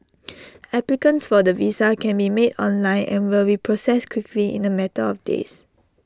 applicants for the visa can be made online and will be processed quickly in A matter of days